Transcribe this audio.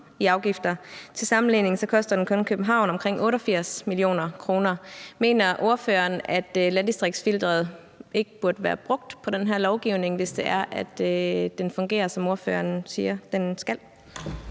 i afgifter. Til sammenligning koster den kun København omkring 88 mio. kr. Mener ordføreren, at landdistriktsfilteret ikke burde være brugt på den her lovgivning, hvis det er sådan, at det fungerer, som ordføreren siger det skal?